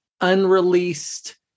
unreleased